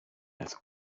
als